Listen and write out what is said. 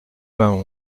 vingt